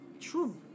True